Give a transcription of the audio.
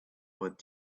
with